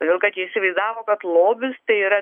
todėl kad jie įsivaizdavo kad lobis tai yra